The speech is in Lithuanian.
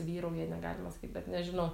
vyrauja negalima sakyt bet nežinau